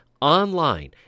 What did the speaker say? online